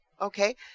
okay